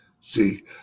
See